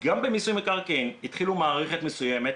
גם במיסוי מקרקעין התחילו מערכת מסוימת,